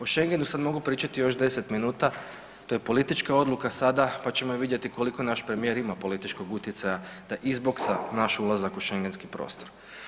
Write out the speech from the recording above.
O Schengenu sad mogu pričati još deset minuta, to je politička odluka sada, pa ćemo vidjeti koliko naš premijer ima političkog utjecaja da izboksa naš ulazak u schengenski prostor.